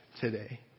today